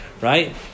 right